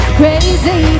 crazy